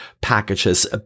packages